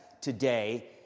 today